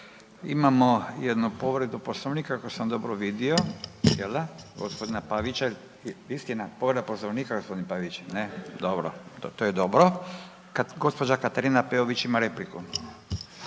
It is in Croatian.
Imamo jednu povredu Poslovnika, ako sam dobro vidio, jel da, gospodina Pavića, istina povreda Poslovnika gospodin Pavić, ne, dobro, to je dobro. Gospođa Katarina Peović ima repliku.